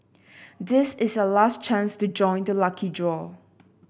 this is your last chance to join the lucky draw